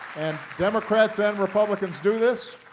and democrats and republicans do this,